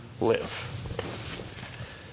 live